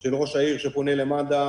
של ראש העיר שפונה למד"א,